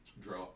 draw